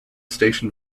station